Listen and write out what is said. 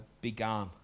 began